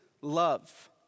love